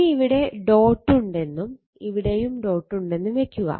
ഇനി ഇവിടെ ഡോട്ട് ഉണ്ടെന്നും ഇവിടെയും ഡോട്ട് ഉണ്ടെന്നും വെക്കുക